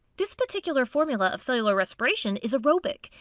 this particular formula of cellular respiration is aerobic,